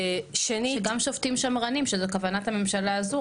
שגם שופטים שמרנים שזו כוונת הממשלה הזו,